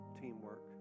teamwork